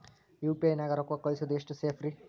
UPI ನ್ಯಾಗ ರೊಕ್ಕ ಕಳಿಸೋದು ಎಷ್ಟ ಸೇಫ್ ರೇ?